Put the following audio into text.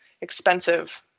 expensive